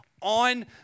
on